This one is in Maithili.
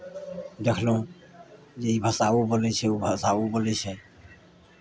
देखलहुँ जे ई भाषा ओ बोलै छै ओ भाषा ओ बोलै छै